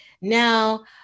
now